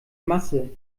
masse